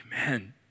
Amen